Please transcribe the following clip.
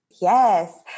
Yes